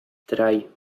drei